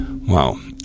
Wow